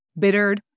bittered